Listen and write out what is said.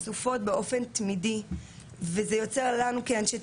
קושי לדבר על זה, קושי לפתוח את הנושא זה.